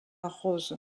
rose